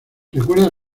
recuerda